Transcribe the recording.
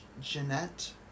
Jeanette